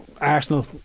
Arsenal